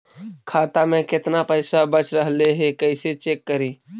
खाता में केतना पैसा बच रहले हे कैसे चेक करी?